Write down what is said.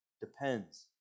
depends